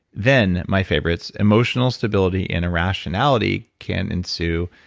then, my favorites, emotionally stability and irrationality can ensue.